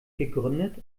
gegründet